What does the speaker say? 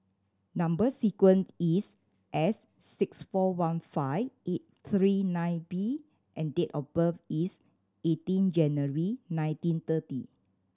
number sequence is S six four one five eight three nine B and date of birth is eighteen January nineteen thirty